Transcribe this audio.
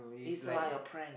is like a prank